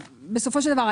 בסופו של דבר,